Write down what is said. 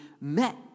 met